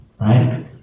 Right